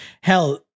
hell